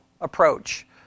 approach